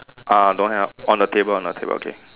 ah don't hang up on the table on the table okay